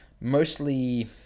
Mostly